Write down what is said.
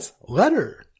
letter